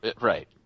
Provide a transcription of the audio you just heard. Right